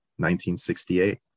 1968